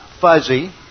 fuzzy